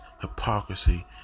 hypocrisy